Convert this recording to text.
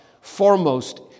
Foremost